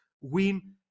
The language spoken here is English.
win